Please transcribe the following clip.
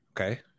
Okay